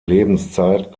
lebenszeit